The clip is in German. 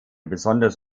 besonders